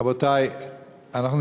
והיו להם